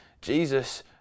Jesus